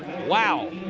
wow!